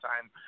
time